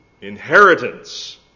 inheritance